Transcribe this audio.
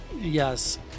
Yes